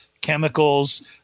chemicals